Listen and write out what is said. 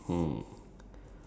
stop aging